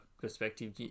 perspective